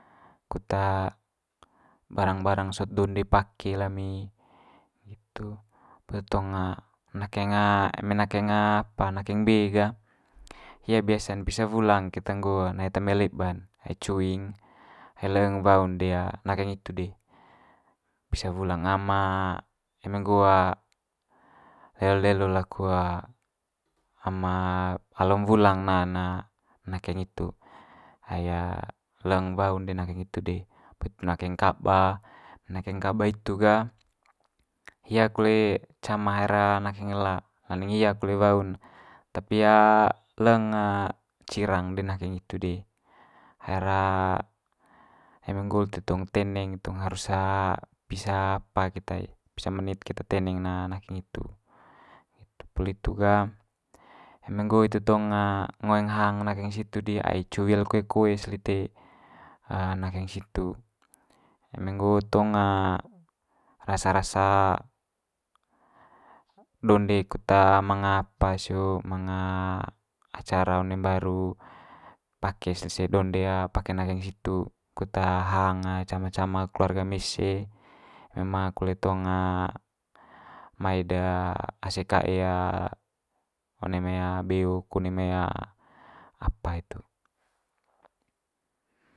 Kut barang barang sot donde pake lami nggitu. Poli hitu tong nakeng eme nakeng nakeng mbe ga hia biasa'n pisa wulang keta nggo na eta mai leba'n ai cuing, ai leng de wau'n nakeng hitu de pisa wulang am eme nggo lelo lelo laku am alo wulang na'n nakeng hitu, ai leng wau'n de nakeng hitu de. Poli itu nakeng kaba, nakeng kaba hitu ga hia kole cama haer nakeng ela, landing hia kole wau'n tapi leng cirang de nakeng hitu de. Haer eme nggo lite tong teneng tong harus pisa apa keta i pisa menit keta teneng ne nakeng hitu, nggitu. Poli itu ga eme nggo ite tong ngoeng hang nakeng situ ai cuwil koe koe's lite nakeng situ. Eme nggo tong rasa rasa donde kut manga apa sio manga acara one mbaru pake's lise donde pake nakeng situ kut hang cama cama keluarga mese eme manga kole tong mai'd de ase kae one mai beo ko one mai apa hitu.